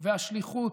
השליחות,